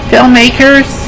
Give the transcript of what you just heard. filmmakers